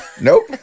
Nope